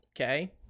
Okay